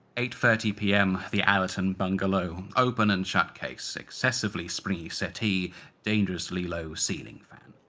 eight thirty pm, the allerton bungalow. open and shut case. excessively springy settee dangerously low ceiling fan.